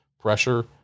pressure